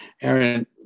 Aaron